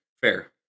fair